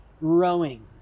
rowing